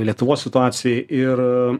lietuvos situacijai ir